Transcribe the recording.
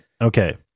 okay